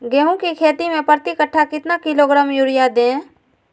गेंहू की खेती में प्रति कट्ठा कितना किलोग्राम युरिया दे?